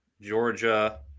Georgia